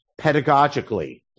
pedagogically